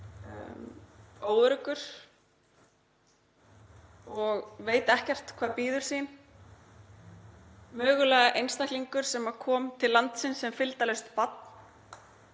óöruggur og veit ekkert hvað bíður hans, mögulega einstaklingur sem kom til landsins sem fylgdarlaust barn